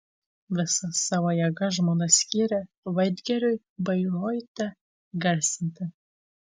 visas savo jėgas žmona skyrė vagneriui bairoite garsinti